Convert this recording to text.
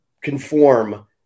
conform